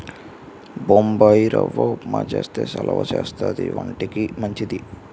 బొంబాయిరవ్వ ఉప్మా చేస్తే సలవా చేస్తది వంటికి మంచిది